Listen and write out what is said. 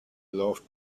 laughed